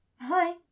Hi